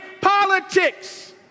politics